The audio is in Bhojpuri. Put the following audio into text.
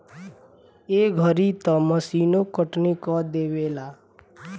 ए घरी तअ मशीनो कटनी कअ देवेला